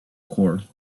core